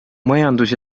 majandus